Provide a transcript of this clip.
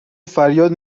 فریاد